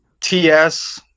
TS